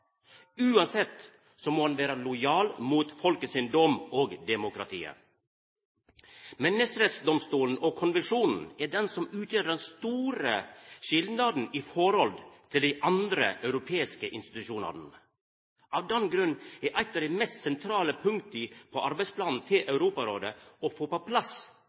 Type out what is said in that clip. Uansett må ein vera lojal mot folket sin dom og demokratiet. Menneskerettighetsdomstolen og -konvensjonen er det som utgjer den store skilnaden i forhold til dei andre europeiske institusjonane. Av den grunn er eitt av dei mest sentrale punkta på arbeidsplanen til Europarådet å få på plass